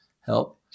help